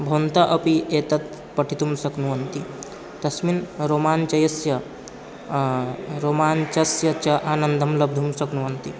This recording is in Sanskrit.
भवन्तः अपि एतत् पठितुं शक्नुवन्ति तस्मिन् रोमाञ्चस्य रोमाञ्चस्य च आनन्दं लब्धुं शक्नुवन्ति